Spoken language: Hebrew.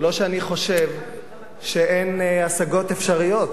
זה לא שאני חושב שאין השגות אפשריות